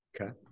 Okay